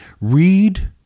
read